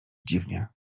dziwnie